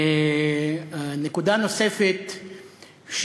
נקודה נוספת,